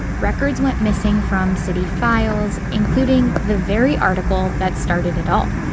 records went missing from city files including the very article that started it all.